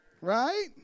Right